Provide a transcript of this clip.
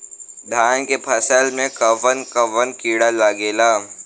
धान के फसल मे कवन कवन कीड़ा लागेला?